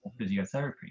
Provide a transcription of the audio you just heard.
physiotherapy